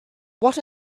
what